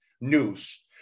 news